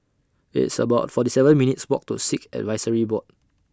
It's about forty seven minutes' Walk to Sikh Advisory Board